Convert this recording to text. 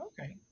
Okay